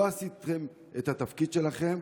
לא עשיתם את התפקיד שלכם,